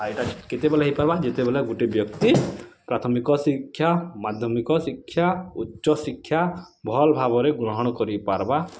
ଆଉ ଇଟା କେତେବେଲେ ହୋଇପାର୍ବା ଯେତେବେଲେ ଗୁଟେ ବ୍ୟକ୍ତି ପ୍ରାଥମିକ ଶିକ୍ଷା ମାଧ୍ୟମିକ ଶିକ୍ଷା ଉଚ୍ଚ ଶିକ୍ଷା ଭଲ୍ ଭାବରେ ଗ୍ରହଣ କରିପାର୍ବା